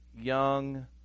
young